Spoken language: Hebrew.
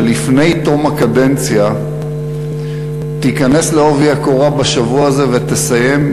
שלפני תום הקדנציה תיכנס בעובי הקורה בשבוע הזה ותסיים,